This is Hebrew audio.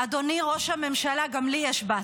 אדוני ראש הממשלה, גם לי יש בת,